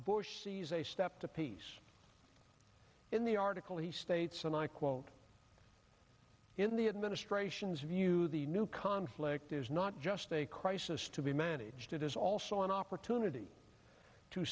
bush sees a step to peace in the article he states and i quote in the administration's view the new conflict is not just a crisis to be managed it is also an opportunity to